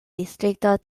distrikto